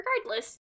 Regardless